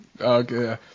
Okay